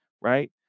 right